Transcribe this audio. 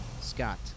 Scott